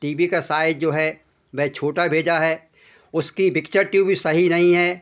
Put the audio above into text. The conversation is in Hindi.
टी बी का साइज जो है वह छोटा भेजा है उसकी बिक्चर ट्यूब भी सही नहीं है